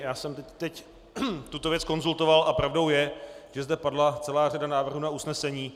Já jsem teď tuto věc konzultoval a pravdou je, že zde padla celá řada návrhů na usnesení.